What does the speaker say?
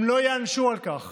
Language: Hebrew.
הם לא ייענשו על כך,